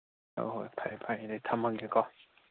ꯍꯣꯏ ꯍꯣꯏ ꯐꯔꯦ ꯐꯔꯦ ꯑꯗꯨꯗꯤ ꯊꯝꯃꯒꯦꯀꯣ